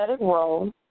role